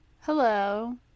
Hello